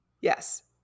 Yes